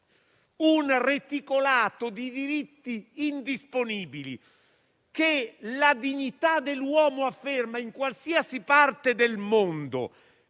un reticolato di diritti indisponibili che la dignità dell'uomo afferma in qualsiasi parte del mondo